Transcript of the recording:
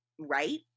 right